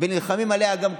ונלחמים עליה גם כאן,